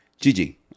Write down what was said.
Gigi